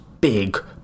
big